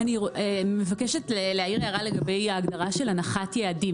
אני מבקשת להעיר הערה לגבי ההגדרה של הנחת יעדים.